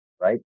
Right